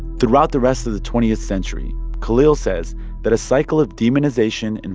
throughout the rest of the twentieth century, khalil says that a cycle of demonization, and